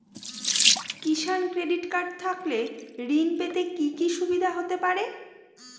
কিষান credit card থাকলে ঋণ পেতে কি কি সুবিধা হতে পারে?